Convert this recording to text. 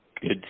good